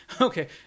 Okay